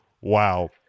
Wow